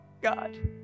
God